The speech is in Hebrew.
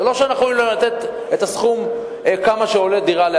זה לא שאנחנו יכולים לתת את הסכום של עלות שכירת דירה.